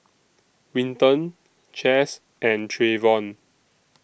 Winton Chas and Trayvon